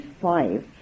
five